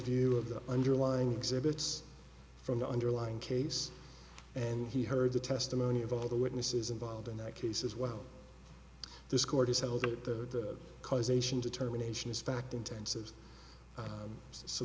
view of the underlying exhibits from the underlying case and he heard the testimony of all the witnesses involved in that case as well this court has held at the causation determination is fact intensive